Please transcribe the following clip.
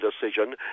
decision